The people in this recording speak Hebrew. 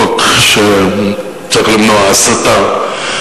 החוק שצריך למנוע הסתה.